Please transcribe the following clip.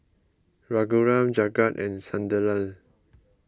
Raghuram Jagat and Sunderlal